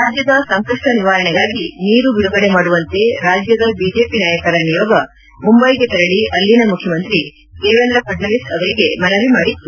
ರಾಜ್ಯದ ಸಂಕಷ್ಟ ನಿವಾರಣೆಗಾಗಿ ನೀರು ಬಿಡುಗಡೆ ಮಾಡುವಂತೆ ರಾಜ್ಯದ ಬಿಜೆಪಿ ನಾಯಕರ ನಿಯೋಗ ಮುಂಬೈಗೆ ತೆರಳಿ ಅಲ್ಲಿನ ಮುಖ್ಯಮಂತ್ರಿ ದೇವೇಂದ್ರ ಫಡ್ನವೀಸ್ ಅವರಿಗೆ ಮನವಿ ಮಾಡಿತ್ತು